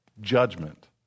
judgment